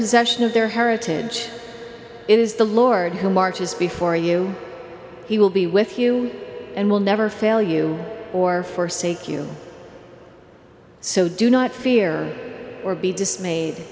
possession of their heritage it is the lord who marches before you he will be with you and will never fail you or forsake you so do not fear or be dismayed